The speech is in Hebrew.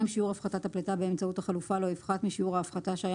שיעור הפחתת הפליטה באמצעות החלופה לא יפחת משיעור ההפחתה שהיה